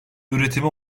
üretimi